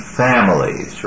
families